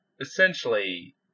essentially